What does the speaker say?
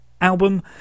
album